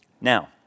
Now